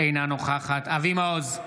אינה נוכחת אבי מעוז,